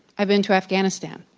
i've been to afghanistan.